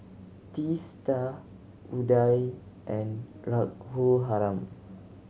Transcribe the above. Teesta Udai and Raghuram